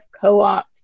co-op